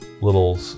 little